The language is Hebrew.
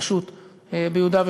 אינני יודע,